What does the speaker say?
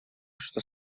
что